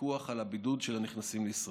פיקוח על הבידוד של הנכנסים לישראל.